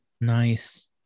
nice